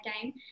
time